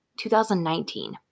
2019